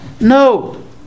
No